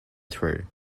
through